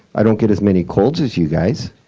i don't get as many colds as you guys.